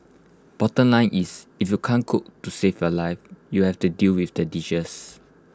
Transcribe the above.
bottom line is if you can't cook to save your life you'll have to deal with the dishes